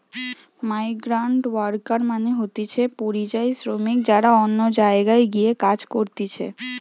migrant worker মানে হতিছে পরিযায়ী শ্রমিক যারা অন্য জায়গায় গিয়ে কাজ করতিছে